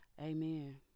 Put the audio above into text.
Amen